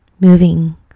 moving